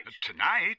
Tonight